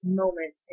moment